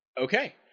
Okay